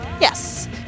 Yes